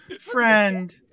friend